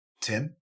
Tim